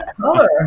color